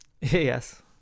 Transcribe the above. Yes